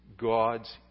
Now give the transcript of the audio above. God's